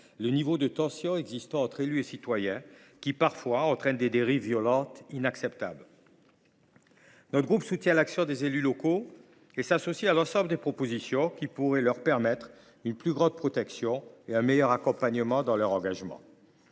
les tensions existant entre élus et citoyens qui, parfois, entraînent des dérives violentes inacceptables. Notre groupe soutient l’action des élus locaux et s’associe à l’ensemble des propositions qui pourraient octroyer à ceux ci une plus grande protection et un meilleur accompagnement dans leur engagement.